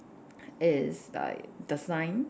is like the sign